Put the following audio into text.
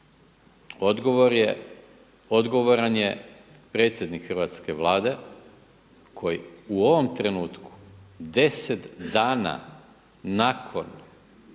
Odgovoran je predsjednik hrvatske Vlade koji u ovom trenutku deset dana nakon